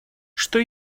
что